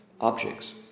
objects